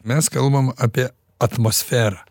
mes kalbam apie atmosferą